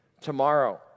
tomorrow